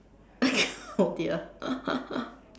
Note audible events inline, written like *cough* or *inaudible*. *laughs* oh dear *laughs*